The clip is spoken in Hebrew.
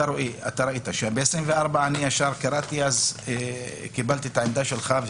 אתה ראית שב-24 ישר קיבלתי את העמדה שלך.